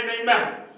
amen